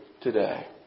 today